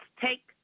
take